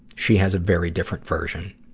she has a very different version.